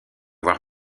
avoir